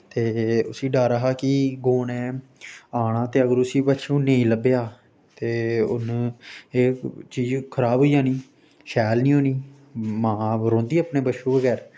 ते उस्सी डर हा कि गौ ने आना ते अगर उस्सी बच्छू नेईं लब्भेआ ते हून एह् चीज खराब होई जानी शैल निं होनी मां रौंह्दी ऐ अपने बच्छूए बगैर